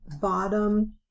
bottom